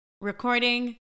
recording